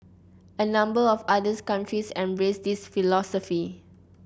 a number of other countries embrace this philosophy